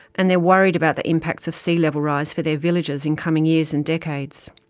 and they're worried about the impacts of sea-level rise for their villages in coming years and decades.